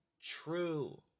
true